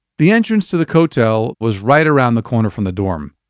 the entrance to the kotel was right around the corner from the dorm,